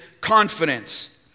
confidence